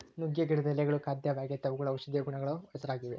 ನುಗ್ಗೆ ಗಿಡದ ಎಳೆಗಳು ಖಾದ್ಯವಾಗೆತೇ ಅವುಗಳು ಔಷದಿಯ ಗುಣಗಳಿಗೂ ಹೆಸರಾಗಿವೆ